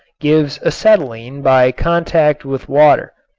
gives acetylene by contact with water.